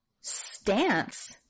stance